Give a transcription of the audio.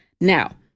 now